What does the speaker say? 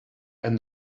and